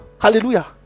hallelujah